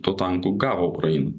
tų tankų gavo ukraina